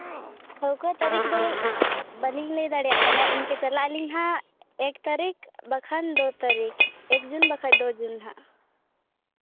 ᱴᱷᱟᱹᱣᱠᱟᱹ ᱛᱟᱹᱨᱤᱠᱷ ᱫᱚ ᱵᱟᱹᱞᱤᱧ ᱞᱟᱹᱭ ᱫᱟᱲᱮᱭᱟᱜ ᱠᱟᱱᱟ ᱮᱱᱠᱷᱟᱱ ᱪᱟᱞᱟᱜ ᱟᱹᱞᱤᱧ ᱦᱟᱸᱜ ᱮᱠ ᱛᱟᱹᱨᱤᱠᱷ ᱵᱟᱠᱷᱟᱱ ᱫᱩ ᱛᱟᱹᱨᱤᱠᱷ ᱮᱠ ᱡᱩᱱ ᱵᱟᱠᱷᱟᱱ ᱫᱩ ᱡᱩᱱ ᱦᱟᱸᱜ